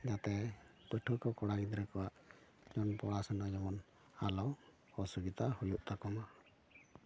ᱡᱟᱛᱮ ᱯᱟᱹᱴᱷᱩᱣᱟᱹ ᱠᱚ ᱠᱚᱲᱟ ᱜᱤᱫᱽᱨᱟᱹ ᱠᱚᱣᱟᱜ ᱯᱚᱲᱟᱥᱳᱱᱟ ᱡᱮᱢᱚᱱ ᱟᱞᱚ ᱚᱥᱩᱵᱤᱛᱟ ᱦᱩᱭᱩᱜ ᱛᱟᱠᱚᱢᱟ